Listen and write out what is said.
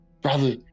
brother